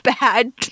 bad